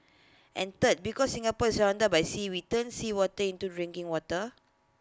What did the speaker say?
and third because Singapore is surrounded by sea we turn seawater into drinking water